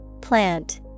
plant